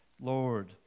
Lord